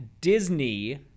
disney